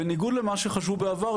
בניגוד למה שחשבו בעבר,